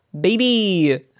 Baby